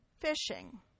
fishing